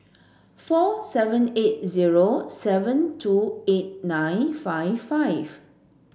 four seven eight zero seven two eight nine five five